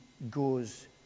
goes